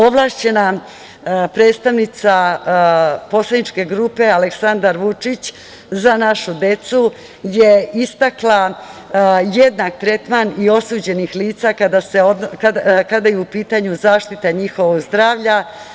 Ovlašćena predstavnica poslaničke grupe „Aleksandar Vučić – za našu decu“ je istakla jednak tretman i osuđenih lica kada je u pitanju zaštita njihovog zdravlja.